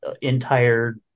entire